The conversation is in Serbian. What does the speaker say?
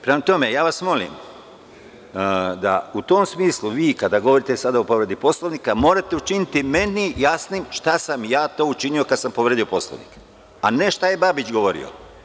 Prema tome, ja vas molim da u tom smislu vi, kada govorite o povredi Poslovnika, morate učiniti meni jasnim šta sam ja to učinio kada sam povredio Poslovnik, a ne šta je Babić govorio.